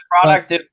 product